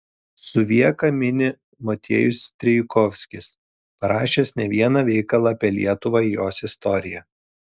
suvieką mini motiejus strijkovskis parašęs ne vieną veikalą apie lietuvą jos istoriją